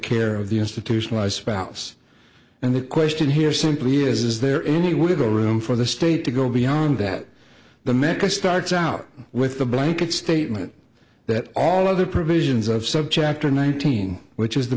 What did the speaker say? care of the institutionalized spouse and the question here simply is is there any wiggle room for the state to go beyond that the meca starts out with the blanket statement that all other provisions of subchapter nineteen which is the